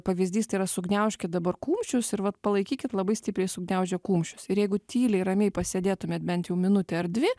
pavyzdys tai yra sugniaužkit dabar kumščius ir vat palaikykit labai stipriai sugniaužę kumščius ir jeigu tyliai ramiai pasėdėtumėt bent jau minutę ar dvi